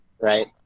Right